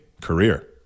career